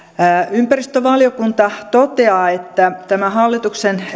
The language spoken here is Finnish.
ympäristövaliokunta toteaa että tämä hallituksen